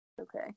Okay